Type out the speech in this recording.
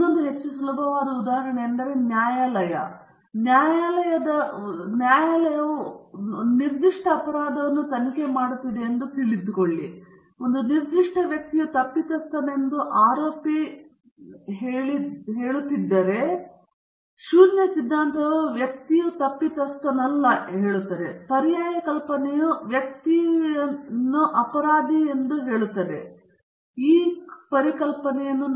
ಇನ್ನೊಂದು ಹೆಚ್ಚು ಸುಲಭವಾದ ಉದಾಹರಣೆಯೆಂದರೆ ನ್ಯಾಯಾಲಯವು ನಿರ್ದಿಷ್ಟ ಅಪರಾಧವನ್ನು ತನಿಖೆ ಮಾಡುತ್ತಿದೆ ಮತ್ತು ಒಂದು ನಿರ್ದಿಷ್ಟ ವ್ಯಕ್ತಿಯು ತಪ್ಪಿತಸ್ಥರೆಂದು ಆರೋಪಿಸಿ ಹೇಳುತ್ತಿದ್ದರೆ ಶೂನ್ಯ ಸಿದ್ಧಾಂತವು ವ್ಯಕ್ತಿಯು ತಪ್ಪಿತಸ್ಥನಲ್ಲ ಪರ್ಯಾಯ ಕಲ್ಪನೆಯು ವ್ಯಕ್ತಿಯ ಅಪರಾಧವನ್ನು ಮಾಡುವ ಅಪರಾಧದಲ್ಲಿದೆ